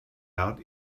out